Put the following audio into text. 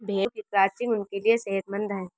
भेड़ों की क्रचिंग उनके लिए सेहतमंद है